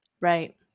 right